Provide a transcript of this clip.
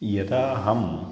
यदा अहं